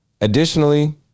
Additionally